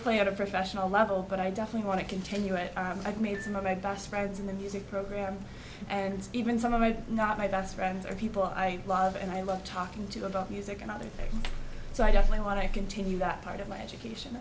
on a professional level but i definitely want to continue it i've made some of my best friends in the music program and even some of my not my best friends are people i love and i love talking to about music and others so i don't want to continue that part of my education